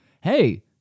hey